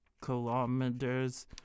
kilometers